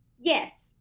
Yes